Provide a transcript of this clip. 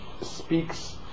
speaks